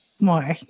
More